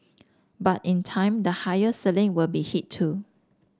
but in time the higher ceiling will be hit too